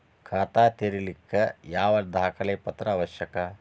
ಖಾತಾ ತೆರಿಲಿಕ್ಕೆ ಯಾವ ದಾಖಲೆ ಪತ್ರ ಅವಶ್ಯಕ?